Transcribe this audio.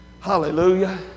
Hallelujah